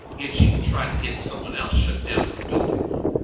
yet she can try to get someone else shut down from building one.